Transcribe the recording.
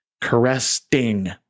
caressing